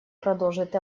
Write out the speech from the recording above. продолжить